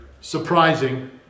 Surprising